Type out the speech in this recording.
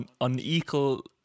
unequal